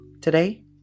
Today